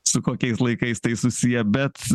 su kokiais laikais tai susiję bet